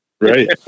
Right